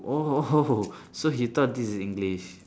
oh so he thought this is english